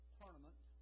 tournament